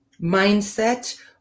mindset